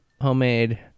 homemade